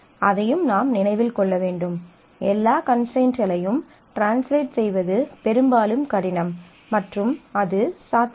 அதையும் நாம் நினைவில் கொள்ள வேண்டும் எல்லா கன்ஸ்ட்ரைண்ட்களையும் ட்ரான்ஸ்லேட் செய்வது பெரும்பாலும் கடினம் மற்றும் அது சாத்தியமில்லை